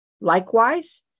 Likewise